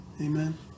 Amen